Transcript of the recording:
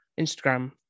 Instagram